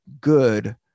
good